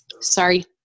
Sorry